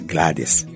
Gladys